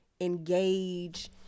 engage